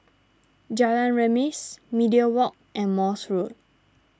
Jalan Remis Media Walk and Morse Road